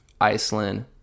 Iceland